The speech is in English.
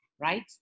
right